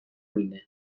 همینه